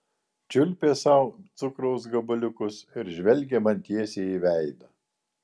čiulpė sau cukraus gabaliukus ir žvelgė man tiesiai į veidą